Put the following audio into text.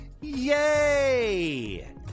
Yay